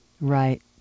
Right